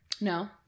No